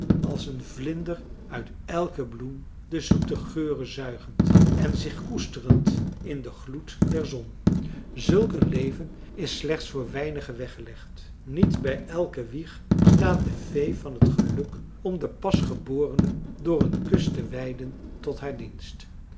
als een vlinder uit elke bloem de zoete geuren zuigend en zich koesterend in den gloed der zon zulk een leven is slechts voor weinigen weggelegd niet bij elke wieg staat de fee van het geluk om den pasgeborene door een kus te wijden tot haar dienst